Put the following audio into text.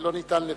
שלא ניתן לריסון.